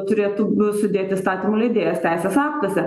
turėtų sudėti įstatymų leidėjas teisės aktuose